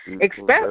expect